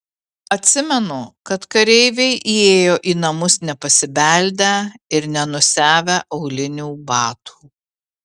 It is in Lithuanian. atsimenu kad kareiviai įėjo į namus nepasibeldę ir nenusiavę aulinių batų